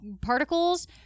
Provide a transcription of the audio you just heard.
particles